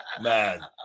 Man